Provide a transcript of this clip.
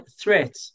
threat